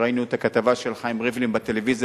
ראינו את הכתבה של חיים ריבלין בטלוויזיה,